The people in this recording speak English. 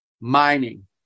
mining